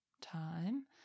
time